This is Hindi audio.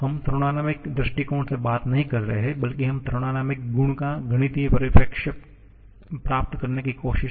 हम थर्मोडायनामिक दृष्टिकोण से बात नहीं कर रहे हैं बल्कि हम थर्मोडायनामिक गुण का गणितीय परिप्रेक्ष्य प्राप्त करने की कोशिश कर रहे हैं